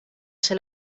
ser